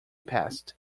passed